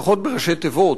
לפחות בראשי תיבות,